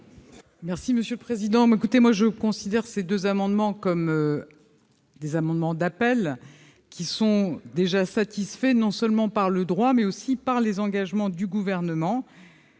du Gouvernement ? Je considère ces deux amendements identiques comme des amendements d'appel, qui sont déjà satisfaits non seulement par le droit, mais aussi par les engagements du Gouvernement.